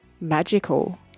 magical